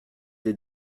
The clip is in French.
des